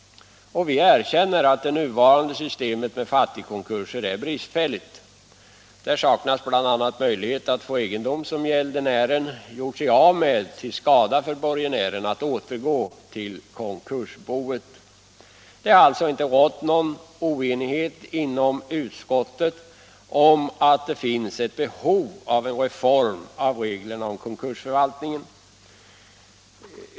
Vi erkänner att det nuvarande systemet med fattigkonkurser är bristfälligt. Bl. a. saknas möjlighet att få egendom, som gäldenären gjort sig av med till skada för borgenären, att återgå till konkursboet. Inom utskottet har det inte rått någon oenighet om att det finns behov Nr 45 av en reform av reglerna om konkursförvaltningen.